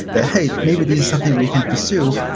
that, hey, maybe this is something we can pursue.